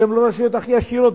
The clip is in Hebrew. שהן לא רשויות הכי עשירות,